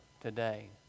today